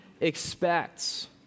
expects